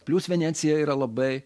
plius venecija yra labai